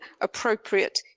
appropriate